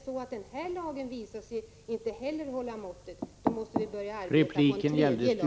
Om den här lagen inte heller visar sig hålla måttet, då måste vi börja arbeta på en tredje lag.